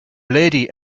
lady